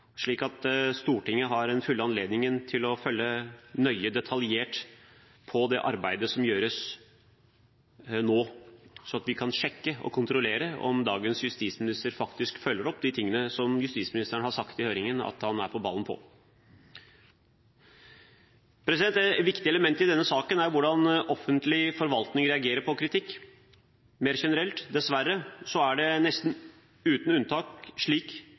slik at Stortinget har den fulle anledningen til å følge nøye og detaljert med på det arbeidet som gjøres nå, slik at vi kan sjekke og kontrollere om dagens justisminister faktisk følger opp de tingene der justisministeren har sagt i høringen at han er på ballen. Et viktig element i denne saken er hvordan offentlig forvaltning reagerer på kritikk mer generelt. Dessverre er det nesten uten unntak slik